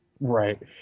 Right